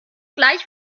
gleich